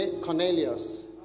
Cornelius